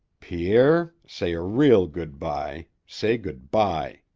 pierre, say a real good-bye, say good-bye,